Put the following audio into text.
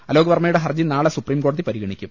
അലോക് വർമ്മയുടെ ഹർജി നാളെ സുപ്രീംകോടതി പരിഗണിക്കും